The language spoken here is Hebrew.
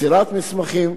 מסירת מסמכים,